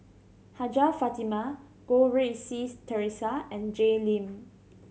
Hajjah Fatimah Goh Rui Si Theresa and Jay Lim